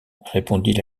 répondit